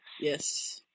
Yes